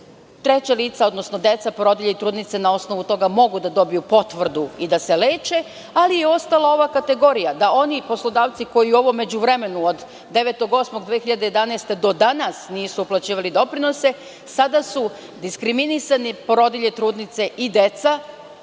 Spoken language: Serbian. Treća lica, odnosno deca, porodilje i trudnice na osnovu toga mogu da dobiju potvrdu i da se leče, ali je ostala ova kategorija, da oni poslodavci koji ovo u međuvremenu od 9. avgusta 2011. do danas nisu uplaćivali doprinose, sada su diskriminisane porodilje, trudnice i deca